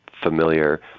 familiar